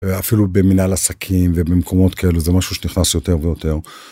אפילו במנהל עסקים ובמקומות כאלה זה משהו שנכנס יותר ויותר.